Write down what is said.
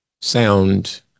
sound